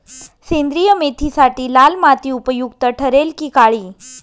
सेंद्रिय मेथीसाठी लाल माती उपयुक्त ठरेल कि काळी?